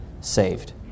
saved